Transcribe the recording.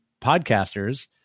podcasters